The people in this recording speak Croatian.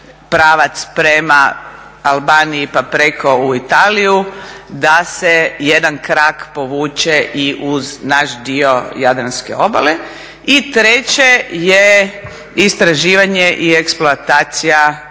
pravac prema Albaniji, pa preko u Italiju, da se jedan krak povuče i uz naš dio jadranske obale. I treće je istraživanje i eksploatacija